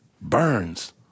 burns